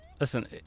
Listen